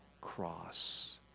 cross